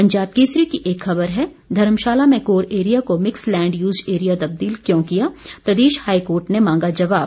पंजाब केसरी की एक खबर है धर्मशाला में कोर एरिया को मिक्स लैंड यूज एरिया तबदील क्यों किया प्रदेश हाई कोर्ट ने मांगा जवाब